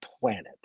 planet